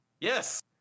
Yes